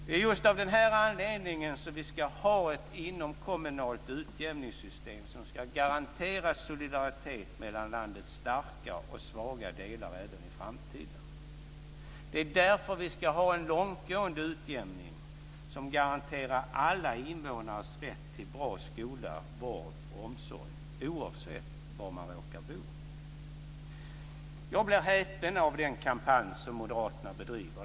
Det är just av den här anledningen som vi ska ha ett inomkommunalt utjämningssystem som ska garantera solidaritet mellan landets starka och svaga delar även i framtiden. Det är därför vi ska ha en långtgående utjämning som garanterar alla invånares rätt till bra skola, vård och omsorg, oavsett var man råkar bo. Jag blir häpen av den kampanj som moderaterna bedriver.